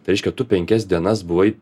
tai reiškia tu penkias dienas buvai